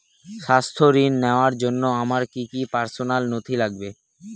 স্বাস্থ্য ঋণ নেওয়ার জন্য আমার কি কি পার্সোনাল নথি লাগবে?